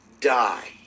die